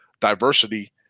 diversity